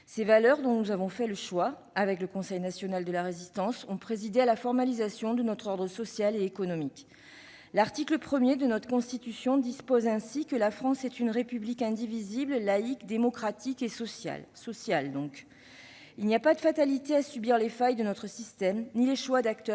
Ces valeurs, dont nous avons fait le choix, avec le Conseil national de la Résistance, ont présidé à la formalisation de notre ordre social et économique. L'article 1 de notre Constitution dispose ainsi :« La France est une République indivisible, laïque, démocratique et sociale. » Elle est donc sociale ! Il n'y a pas de fatalité à subir les failles de notre système ni les choix d'acteurs